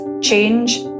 change